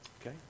Okay